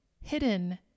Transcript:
hidden